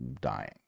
dying